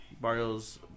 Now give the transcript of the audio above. Barrio's